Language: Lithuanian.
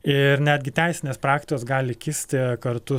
ir netgi teisinės praktikos gali kisti kartu